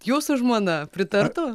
jūsų žmona pritartų